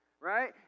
right